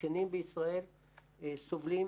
הזקנים בישראל סובלים